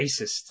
Racist